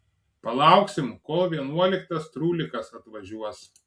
palauksim kol vienuoliktas trūlikas atvažiuos